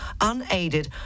unaided